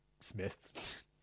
Smith